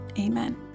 amen